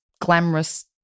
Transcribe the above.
glamorous